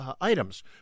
items